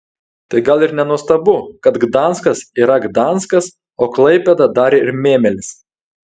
tai gal ir nenuostabu kad gdanskas yra gdanskas o klaipėda dar ir mėmelis